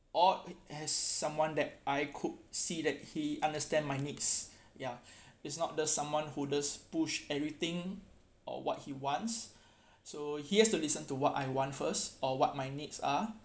or it has someone that I could see that he understand my needs ya it's not the someone who does push everything or what he wants so he has to listen to what I want first or what my needs are